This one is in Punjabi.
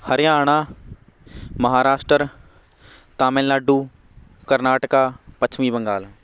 ਹਰਿਆਣਾ ਮਹਾਰਾਸ਼ਟਰ ਤਾਮਿਲਨਾਡੂ ਕਰਨਾਟਕਾ ਪੱਛਮੀ ਬੰਗਾਲ